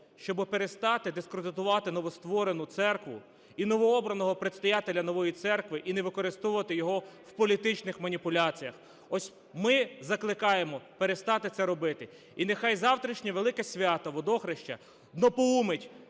щоби перестати дискредитувати новостворену церкву і новообраного предстоятеля нової церкви і не використовувати його в політичних маніпуляціях. Ось ми закликаємо перестати це робити. І нехай завтрашнє велике свято Водохреща напоумить